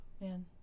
man